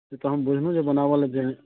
से तऽ हम बुझलहुँ जे बनाबऽ लऽ देल